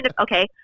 okay